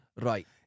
Right